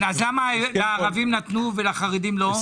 למה לערבים נתנו ואילו לחרדים לא נתנו?